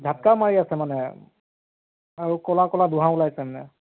ধাক্কা মাৰি আছে মানে আৰু ক'লা ক'লা ধোঁৱা ওলাইছে মানে